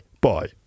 bye